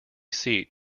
seat